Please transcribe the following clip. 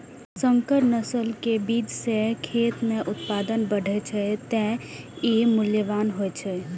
संकर नस्ल के बीज सं खेत मे उत्पादन बढ़ै छै, तें ई मूल्यवान होइ छै